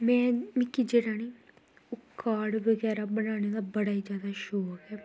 में मिकी जेह्ड़ा निं ओह् कार्ड बगैरा बनाने दा बड़ा ही जादा शौंक ऐ